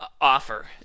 offer